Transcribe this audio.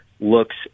looks